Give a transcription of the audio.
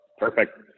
Perfect